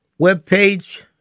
webpage